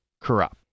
corrupt